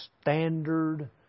standard